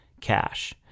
cash